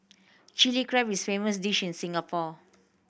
Chilli Crab is famous dish in Singapore